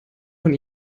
von